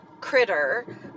Critter